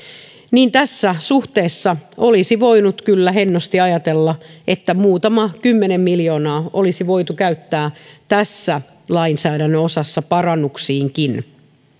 tässä suhteessa olisi voinut kyllä hennosti ajatella että muutama kymmenen miljoonaa olisi voitu käyttää tässä lainsäädännön osassa parannuksiinkin